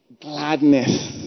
Gladness